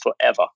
forever